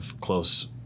close